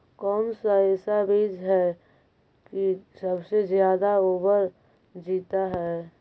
कौन सा ऐसा बीज है की सबसे ज्यादा ओवर जीता है?